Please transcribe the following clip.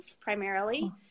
primarily